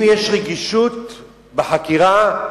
אם יש רגישות בחקירה,